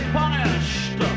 punished